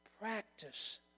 Practice